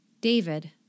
David